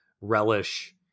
relish